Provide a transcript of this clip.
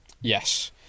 Yes